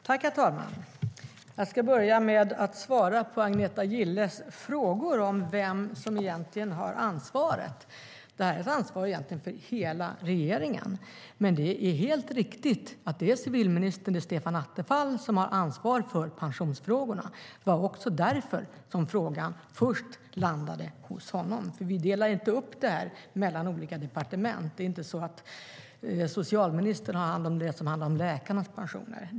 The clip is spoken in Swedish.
Herr talman! Jag ska börja med att svara på Agneta Gilles frågor om vem som egentligen har ansvaret. Det här är egentligen ett ansvar för hela regeringen, men det är helt riktigt att det är civilminister Stefan Attefall som har ansvaret för pensionsfrågorna. Det var också därför som frågan först landade hos honom. Vi delar inte upp det mellan olika departement. Det är inte så att socialministern har hand om det som handlar om läkarnas pensioner.